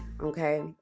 Okay